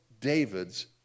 David's